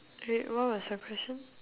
wait what was your question